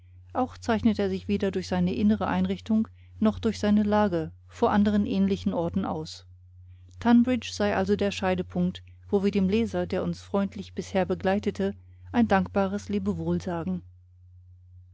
auch zeichnet er sich weder durch seine innere einrichtung noch durch seine lage vor anderen ähnlichen orten aus tunbridge sei also der scheidepunkt wo wir dem leser der uns freundlich bisher begleitete ein dankbares lebewohl